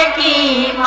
the